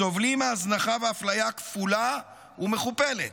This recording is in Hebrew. סובלים מהזנחה ומאפליה כפולה ומכופלת,